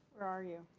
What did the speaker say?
where are you?